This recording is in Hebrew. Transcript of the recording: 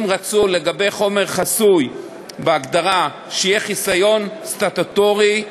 אם רצו לגבי חומר חסוי בהגדרה שיהיה חיסיון סטטוטורי,